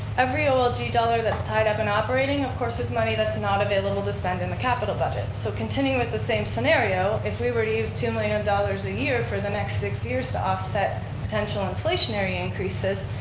every olg dollar that's tied up in operating, of course, it's money that's not available to spend in the capital budget so continue with the same scenario, if we were to use two million and dollars a year for the next six years to offset potential inflationary increases,